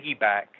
piggyback